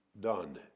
done